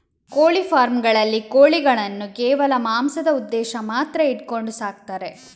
ಕೋಳಿ ಫಾರ್ಮ್ ಗಳಲ್ಲಿ ಕೋಳಿಗಳನ್ನು ಕೇವಲ ಮಾಂಸದ ಉದ್ದೇಶ ಮಾತ್ರ ಇಟ್ಕೊಂಡು ಸಾಕ್ತಾರೆ